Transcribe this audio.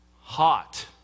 Hot